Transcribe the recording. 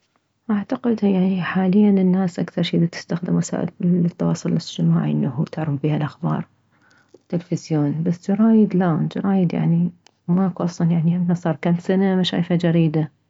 اعتقد هي حاليا الناس اكثر شي دتستخدم وسائل التواصل الاجتماعي انه تعرف بيها الاخبار التلفزيون بس جرايد لا جرايد يعني ماكو اصلا يعني يمنا صار كم سنة ما شايفة جريدة